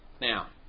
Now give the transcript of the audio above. Now